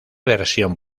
versión